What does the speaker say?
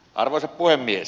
arvoisa puhemies